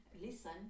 listen